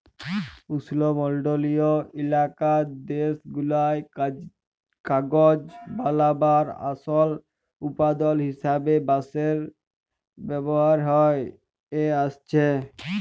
উস্লমলডলিয় ইলাকার দ্যাশগুলায় কাগজ বালাবার আসল উৎপাদল হিসাবে বাঁশের ব্যাভার হঁয়ে আইসছে